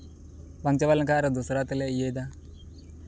ᱵᱟᱝ ᱪᱟᱵᱟ ᱞᱮᱱᱠᱷᱟᱱ ᱟᱨ ᱫᱚᱥᱨᱟ ᱛᱮᱞᱮ ᱤᱭᱹᱭᱫᱟ